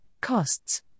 costs